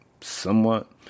somewhat